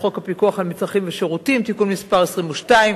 חוק הפיקוח על מצרכים ושירותים (תיקון מס' 22)